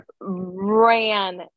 ran